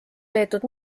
peetud